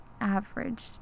average